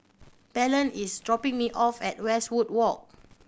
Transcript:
Belen is dropping me off at Westwood Walk